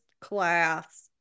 class